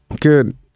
good